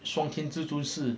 双天至尊是